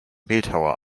bildhauer